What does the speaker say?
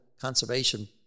conservation